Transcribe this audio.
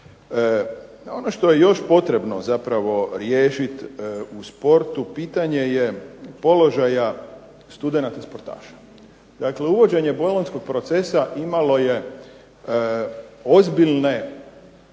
Ono što je još potrebno zapravo riješiti u sportu pitanje je položaja studenata sportaša. Dakle, uvođenje Bolonjskog procesa imalo je ozbiljne